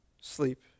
sleep